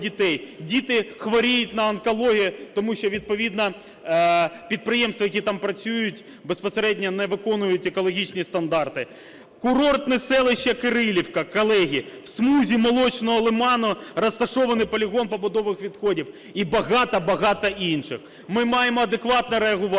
Діти хворіють на онкологію, тому що відповідно підприємства, які там працюють, безпосередньо не виконують екологічні стандарти. Курортне селище Кирилівка, колеги! В смузі Молочного лиману розташований полігон побутових відходів. І багато-багато інших. Ми маємо адекватно реагувати,